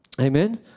Amen